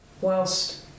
whilst